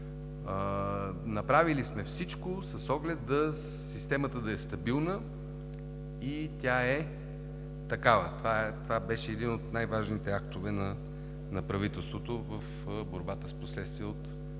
Направили сме всичко с оглед системата да е стабилна и тя е такава. Това беше един от най-важните актове на правителството в борбата с последствията от